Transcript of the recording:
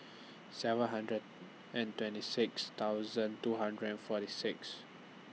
seven hundred and twenty six thousand two hundred and forty six